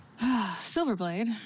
Silverblade